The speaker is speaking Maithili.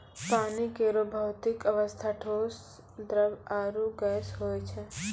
पानी केरो भौतिक अवस्था ठोस, द्रव्य आरु गैस होय छै